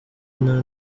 nta